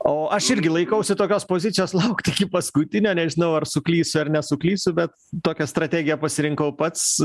o aš irgi laikausi tokios pozicijos laukti iki paskutinio nežinau ar suklysiu ar nesuklysiu bet tokią strategiją pasirinkau pats